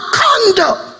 conduct